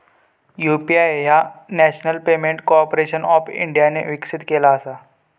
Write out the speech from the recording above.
UPI ह्या national payment corporation of इंडियाने विकसित केला असा